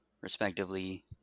respectively